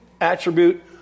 attribute